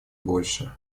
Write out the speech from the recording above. больше